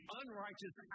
unrighteous